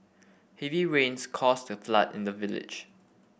heavy rains caused a flood in the village